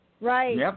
Right